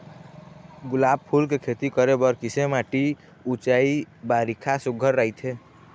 गुलाब फूल के खेती करे बर किसे माटी ऊंचाई बारिखा सुघ्घर राइथे?